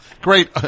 great